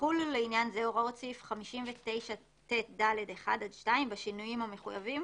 יחולו לעניין זה הוראות סעיף 59ט(ד)(1) עד (2) בשינויים המחויבים